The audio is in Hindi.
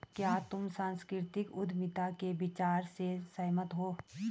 क्या तुम सांस्कृतिक उद्यमिता के विचार से सहमत हो?